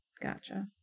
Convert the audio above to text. Gotcha